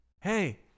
hey